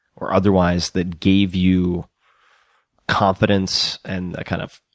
or otherwise that gave you confidence and a kind of